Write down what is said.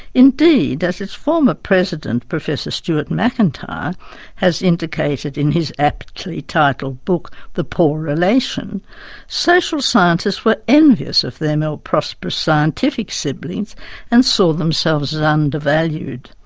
indeed as its former president, professor stuart macintyre has indicated in his aptly titled book the poor relation social scientists were envious of their more prosperous scientific siblings and saw themselves as undervalued.